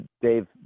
Dave